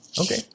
Okay